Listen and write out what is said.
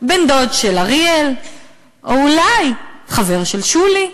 בן-דוד של אריאל או אולי חבר של שולי,